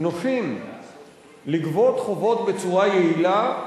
לנושים לגבות חובות בצורה יעילה,